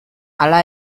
hala